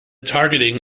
targeting